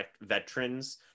veterans